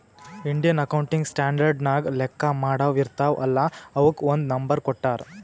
Indian accounting standard ನಾಗ್ ಲೆಕ್ಕಾ ಮಾಡಾವ್ ಇರ್ತಾವ ಅಲ್ಲಾ ಅವುಕ್ ಒಂದ್ ನಂಬರ್ ಕೊಟ್ಟಾರ್